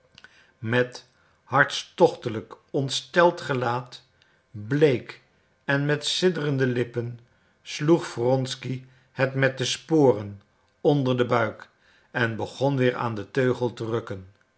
met hartstochtelijk ontsteld gelaat bleek en met sidderende lippen sloeg wronsky het met de sporen onder den buik en begon weer aan den teugel te rukken maar